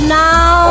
now